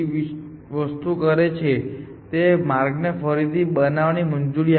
તેથી તે ત્રીજી વસ્તુ કરે છેકે તે માર્ગને ફરીથી બંનાવવાની મંજૂરી આપે છે